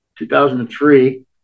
2003